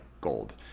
gold